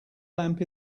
lamp